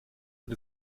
und